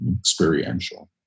experiential